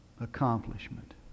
Accomplishment